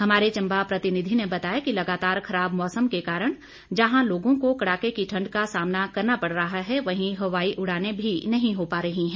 हमारे चंबा प्रतिनिधि ने बताया कि लगातार खराब मौसम के कारण जहां लोगों को कड़ाके की ठंड का सामना करना पड़ रहा है वहीं हवाई उड़ाने भी नहीं हो पा रही हैं